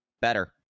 better